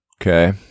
Okay